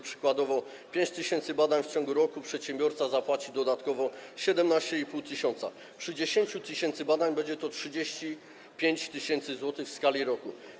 Przykładowo: za 5 tys. badań w ciągu roku przedsiębiorca zapłaci dodatkowo 17,5 tys., przy 10 tys. badań będzie to 35 tys. zł. w skali roku.